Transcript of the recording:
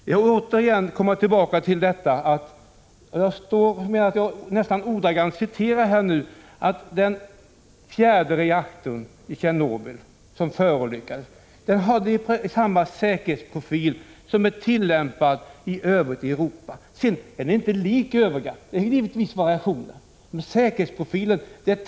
Jag vill återigen komma tillbaka till detta och nästan ordagrant återge vad jag tidigare sagt: Den fjärde reaktorn i Tjernobyl som förolyckades hade samma säkerhetsprofil som tillämpas i övriga Europa. Den är inte lik övriga; det finns givetvis variationer, men säkerhetsprofilen är densamma.